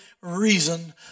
reason